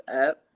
up